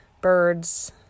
birds